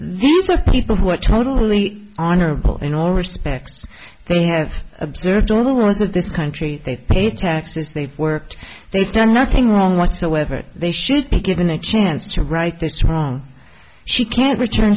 are people who are totally honorable in all respects they have observed all the laws of this country they pay taxes they've worked they've done nothing wrong whatsoever they should be given a chance to right this wrong she can't return